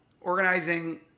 organizing